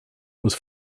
was